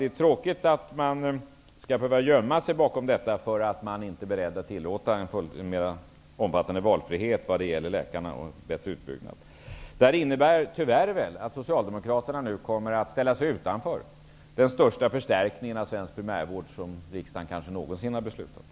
Det är tråkigt att man skall behöva gömma sig bakom detta för att man inte är beredd att tillåta en mera omfattande valfrihet och bättre utbyggnad när det gäller läkarna. Detta innebär väl tyvärr att Socialdemokraterna nu kommer att ställa sig utanför den största förstärkningen av svensk primärvård som riksdagen kanske någonsin beslutat om.